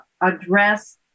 address